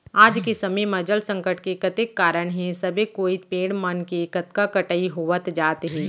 आज के समे म जल संकट के कतेक कारन हे सबे कोइत पेड़ मन के कतका कटई होवत जात हे